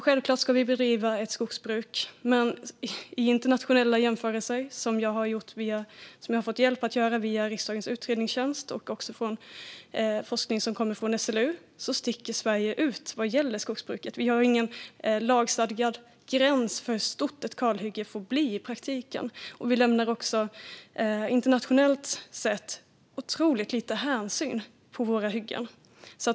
Självklart ska vi bedriva ett skogsbruk, men i internationella jämförelser som jag har fått hjälp att göra via riksdagens utredningstjänst och också i forskning som kommer från SLU sticker Sverige ut vad gäller skogsbruket. Vi har ingen lagstadgad gräns för hur stort ett kalhygge får bli i praktiken. Vi tar också, internationellt sett, otroligt lite hänsyn på våra hyggen.